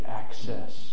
access